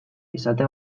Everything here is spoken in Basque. esate